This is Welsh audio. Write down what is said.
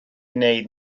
wneud